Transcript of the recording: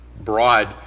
broad